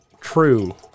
true